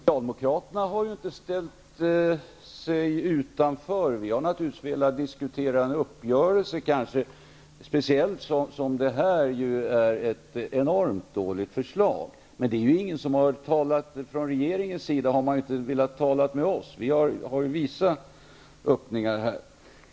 Herr talman! Socialdemokraterna har inte ställt sig utanför. Vi har naturligtvis velat diskutera en uppgörelse, speciellt som det här är ett enormt dåligt förslag. Men ingen från regeringens sida har velat tala med oss. Vi har ju visat vissa öppningar här.